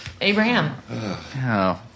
Abraham